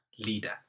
leader